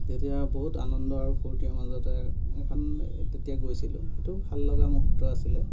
তেতিয়া বহুত আনন্দ আৰু ফুৰ্ত্তিৰ মাজতে এখন তেতিয়া গৈছিলো সেইটোও ভাললগা মূহূৰ্ত আছিলে